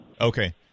Okay